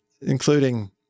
including